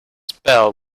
spell